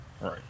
right